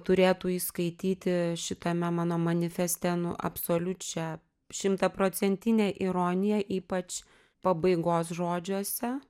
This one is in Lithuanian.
turėtų įskaityti šitame mano manifeste nu absoliučią šimtaprocentinę ironiją ypač pabaigos žodžiuose